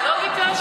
לא ביקשנו כלום.